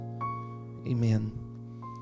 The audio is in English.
Amen